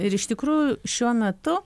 ir iš tikrųjų šiuo metu